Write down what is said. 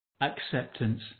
acceptance